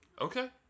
Okay